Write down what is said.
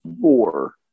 four